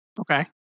Okay